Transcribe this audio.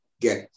get